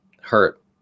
hurt